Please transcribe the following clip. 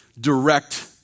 direct